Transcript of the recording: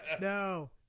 No